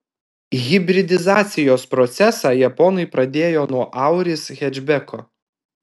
hibridizacijos procesą japonai pradėjo nuo auris hečbeko